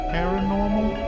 Paranormal